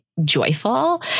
joyful